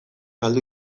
galdu